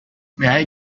may